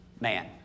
man